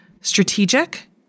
strategic